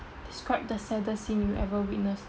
describe the saddest scene you've ever witnessed